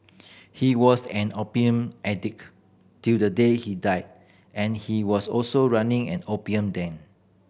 he was an opium addict till the day he died and he was also running an opium den